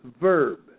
verb